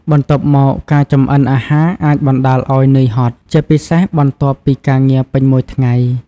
បន្ទាប់មក ការចម្អិនអាហារអាចបណ្ដាលឱ្យ នឿយហត់ ជាពិសេសបន្ទាប់ពីការងារពេញមួយថ្ងៃ។